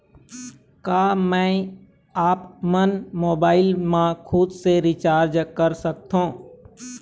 का मैं आपमन मोबाइल मा खुद से रिचार्ज कर सकथों?